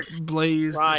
Blazed